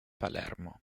palermo